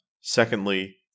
secondly